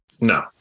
No